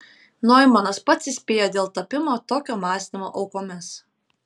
noimanas pats įspėjo dėl tapimo tokio mąstymo aukomis